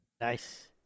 Nice